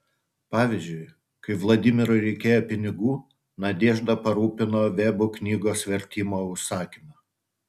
pavyzdžiui kai vladimirui reikėjo pinigų nadežda parūpino vebų knygos vertimo užsakymą